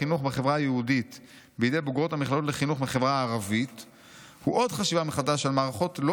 לחינוך בחברה הערבית הוא עוד חשיבה מחדש על מערכות לא